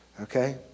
okay